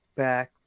back